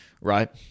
right